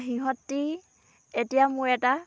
সিহঁতি এতিয়া মোৰ এটা